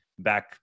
back